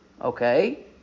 Okay